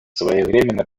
своевременно